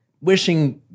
wishing